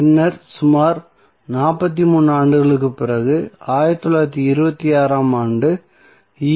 பின்னர் சுமார் 43 ஆண்டுகளுக்குப் பிறகு 1926 ஆம் ஆண்டில் E